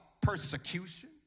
persecution